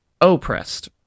oppressed